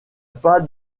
pas